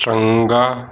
ਚੰਗਾ